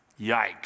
Yikes